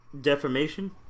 Defamation